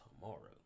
tomorrow